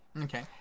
Okay